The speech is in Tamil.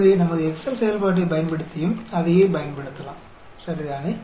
எனவே நமது எக்செல் செயல்பாட்டைப் பயன்படுத்தியும் அதையே பயன்படுத்தலாம் சரிதானே